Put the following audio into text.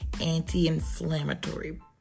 anti-inflammatory